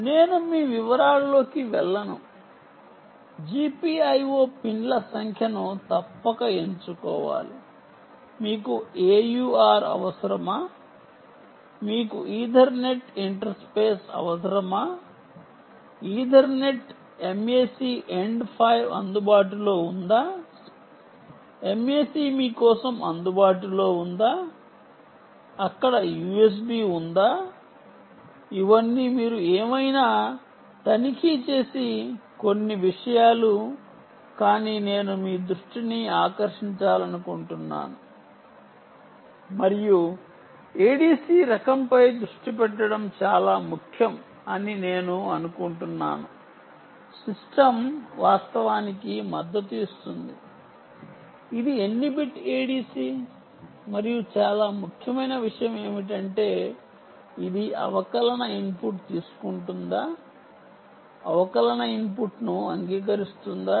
నేను మీ వివరాల్లోకి వెళ్ళను GPIO పిన్ల సంఖ్యను తప్పక ఎంచుకోవాలి మీకు AUR అవసరమా మీకు ఈథర్నెట్ ఇంటర్ఫేస్ అవసరమా ఈథర్నెట్ MAC ఎండ్ 5 అందుబాటులో ఉందా MAC మీ కోసం అందుబాటులో ఉందా అక్కడ USB ఉందా ఇవన్నీ మీరు ఏమైనా తనిఖీ చేసే కొన్ని విషయాలు కానీ నేను మీ దృష్టిని ఆకర్షించాలనుకుంటున్నాను మరియు ADC రకంపై దృష్టి పెట్టడం చాలా ముఖ్యం అని నేను అనుకుంటున్నాను సిస్టమ్ వాస్తవానికి మద్దతు ఇస్తుంది ఇది ఎన్ని బిట్ ADC మరియు చాలా ముఖ్యమైన విషయం ఏమిటంటే ఇది అవకలన ఇన్పుట్ తీసుకుంటుందా అవకలన ఇన్పుట్ను అంగీకరిస్తుందా